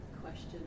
question